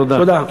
תודה.